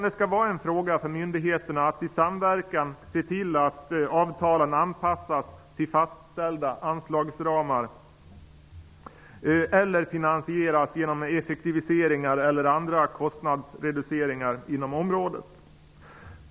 Det skall vara en fråga för myndigheterna att i samverkan se till att avtalen anpassas till fastställda anlagsramar eller finansieras genom effektiviseringar eller andra kostnadsreduceringar inom området.